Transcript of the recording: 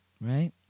Right